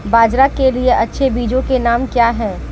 बाजरा के लिए अच्छे बीजों के नाम क्या हैं?